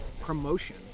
promotion